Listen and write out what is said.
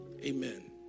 amen